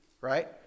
right